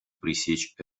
пресечь